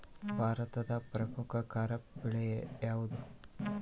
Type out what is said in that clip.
ಭಾರತದ ಪ್ರಮುಖ ಖಾರೇಫ್ ಬೆಳೆ ಯಾವುದು?